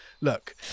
look